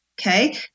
okay